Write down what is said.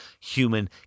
human